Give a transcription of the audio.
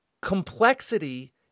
complexity